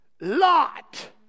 Lot